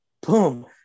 boom